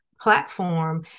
platform